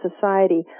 society